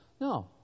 No